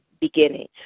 beginning